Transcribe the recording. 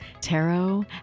tarot